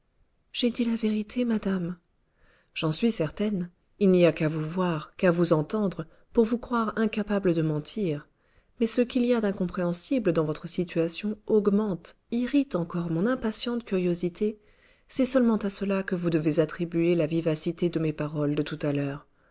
j'ai dit la vérité madame j'en suis certaine il n'y a qu'à vous voir qu'à vous entendre pour vous croire incapable de mentir mais ce qu'il y a d'incompréhensible dans votre situation augmente irrite encore mon impatiente curiosité c'est seulement à cela que vous devez attribuer la vivacité de mes paroles de tout à l'heure